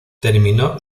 terminó